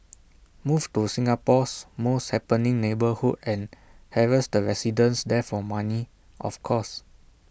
move to Singapore's most happening neighbourhood and harass the residents there for money of course